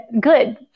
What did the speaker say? good